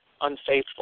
unfaithful